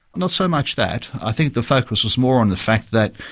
not so much that. i think the focus was more on the fact that,